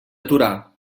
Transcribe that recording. torà